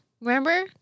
Remember